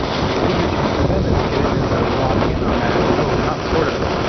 and the behavior change for them is getting them to lock in on that no, not sort of,